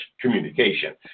communication